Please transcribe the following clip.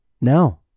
No